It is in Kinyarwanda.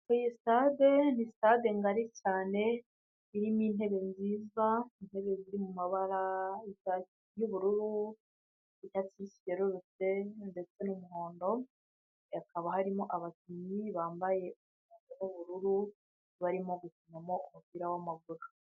Iyi stade ni stade ngari cyane irimo intebe nziza. Intebe ziri mu mabara y'ubururu ni cyatsi kibisi kerurutse ndetse n'umuhondo. Hakaba harimo abakinnyi bambaye inkweto z'ubururu barimo gukiniramo umupira w'amaguru.